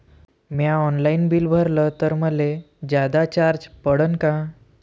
म्या online bill भरलं तर मले जादा चार्ज पडन का?